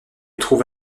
trouve